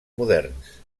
moderns